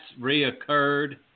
reoccurred